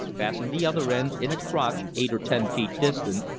fastened the other end in a crotch eight or ten feet distant,